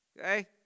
okay